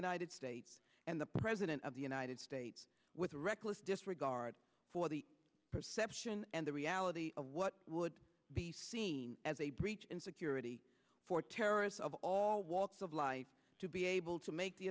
united states and the president of the united states with a reckless disregard for the perception and the reality of what would be seen as a breach in security for terrorists of all walks of life to be able to make the